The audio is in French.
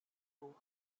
bourgs